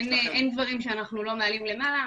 אין דברים שאנחנו לא מעלים למעלה,